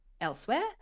elsewhere